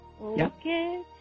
Okay